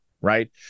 Right